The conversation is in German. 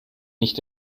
nicht